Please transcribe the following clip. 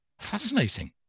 fascinating